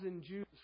Jews